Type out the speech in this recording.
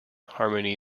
harmony